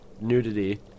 nudity